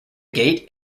gate